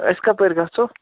اَسہِ کَپٲرۍ گژھو